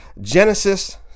Genesis